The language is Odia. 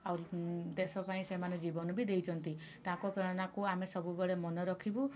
ଆଉ ଦେଶ ପାଇଁ ସେମାନେ ଜୀବନ ବି ଦେଇଛନ୍ତି ତାଙ୍କ ପ୍ରେରଣାକୁ ଆମେ ସବୁବେଳେ ମନେରଖିବୁ